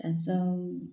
ଚାଷ